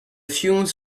fumes